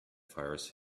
fires